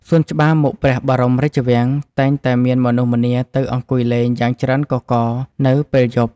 សួនច្បារមុខព្រះបរមរាជវាំង តែងតែមានមនុស្សម្នាទៅអង្គុយលេងយ៉ាងច្រើនកុះករនៅពេលយប់។